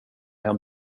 hem